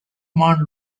mount